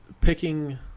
picking